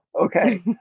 Okay